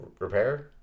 repair